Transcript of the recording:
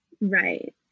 Right